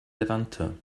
levanter